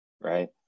right